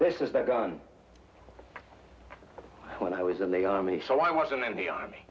this is that gun when i was in the army so i was in the army